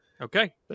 okay